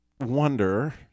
wonder